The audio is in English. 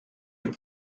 from